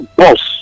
boss